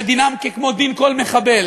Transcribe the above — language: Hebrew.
שדינם כדין כל מחבל,